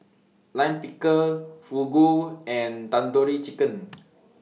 Lime Pickle Fugu and Tandoori Chicken